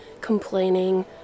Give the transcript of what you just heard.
complaining